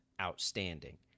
outstanding